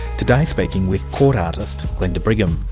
today speaking with court artist, glenda brigham.